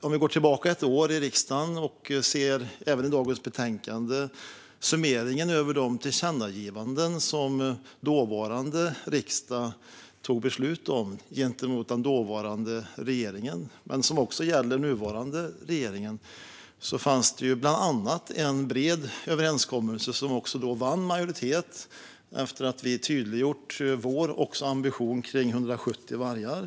Vi kan gå tillbaka ett år i riksdagen men även se på summeringen i dagens betänkande av de tillkännagivanden som den dåvarande riksdagen tog beslut om gentemot den dåvarande regeringen men som också gäller den nuvarande regeringen. Där fanns bland annat en bred överenskommelse som vann majoritet efter att vi tydliggjort vår ambition om 170 vargar.